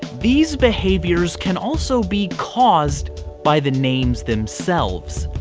these behaviors can also be caused by the names themselves.